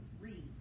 read